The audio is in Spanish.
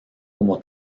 como